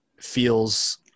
feels